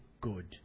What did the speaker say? good